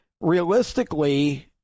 realistically